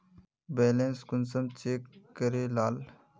Balance कुंसम check करे लाल?